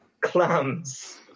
clams